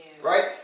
right